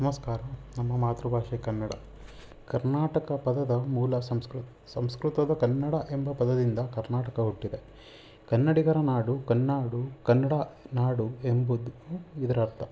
ನಮಸ್ಕಾರ ನಮ್ಮ ಮಾತೃ ಭಾಷೆ ಕನ್ನಡ ಕರ್ನಾಟಕ ಪದದ ಮೂಲ ಸಂಸ್ಕೃತ ಸಂಸ್ಕೃತದ ಕನ್ನಡ ಎಂಬ ಪದದಿಂದ ಕರ್ನಾಟಕ ಹುಟ್ಟಿದೆ ಕನ್ನಡಿಗರ ನಾಡು ಕನ್ನಾಡು ಕನ್ನಡ ನಾಡು ಎಂಬುದು ಇದರರ್ಥ